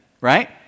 right